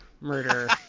murder